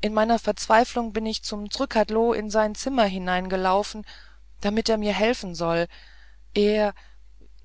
in meiner verzweiflung bin ich zum zrcadlo in sein zimmer hineingelaufen damit er mir helfen soll er